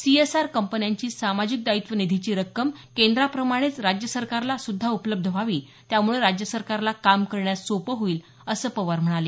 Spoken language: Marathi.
सीएसआर कंपन्यांची सामाजिक दायित्व निधीची रक्कम केंद्राप्रमाणेच राज्य सरकारला सुद्धा उपलब्ध व्हावी त्यामुळे राज्य सरकारला काम करण्यास सोपं होईल असं पवार म्हणाले